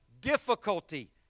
difficulty